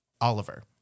oliver